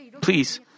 please